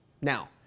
Now